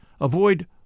avoid